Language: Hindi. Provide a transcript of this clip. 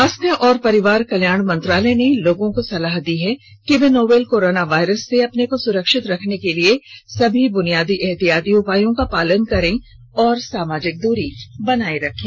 स्वास्थ्य और परिवार कल्याण मंत्रालय ने लोगों को सलाह दी है कि वे नोवल कोरोना वायरस से अपने को सुरक्षित रखने के लिए सभी बुनियादी एहतियाती उपायों का पालन करें और सामाजिक दूरी बनाए रखें